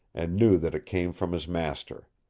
and knew that it came from his master.